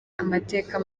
amateka